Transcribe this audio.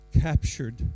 captured